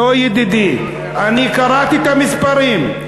לא, ידידי, אני קראתי את המספרים.